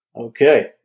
Okay